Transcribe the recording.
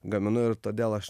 gaminu ir todėl aš